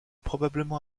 probablement